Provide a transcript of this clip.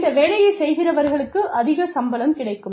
இந்த வேலையைச் செய்கிறவர்களுக்கு அதிக சம்பளம் கிடைக்கும்